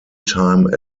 time